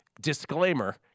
disclaimer